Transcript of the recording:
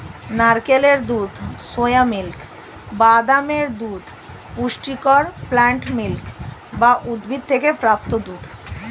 নারকেলের দুধ, soya milk, বাদামের দুধ পুষ্টিকর প্লান্ট মিল্ক বা উদ্ভিদ থেকে প্রাপ্ত দুধ